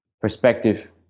perspective